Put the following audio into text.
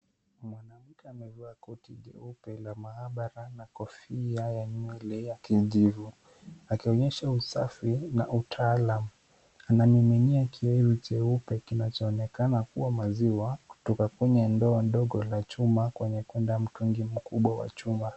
Mwanamke amevaa koti jeupe la maabara na kofia ya nywele ya kijivu akionyesha usafi na utaalamu. Anamimina kiowevu cheupe kinachoonekana kuwa maziwa kutoka kwenye ndoo ndogo la chuma kuenda kwenye mtungi mkubwa wa chuma